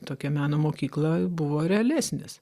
tokia meno mokykla buvo realesnis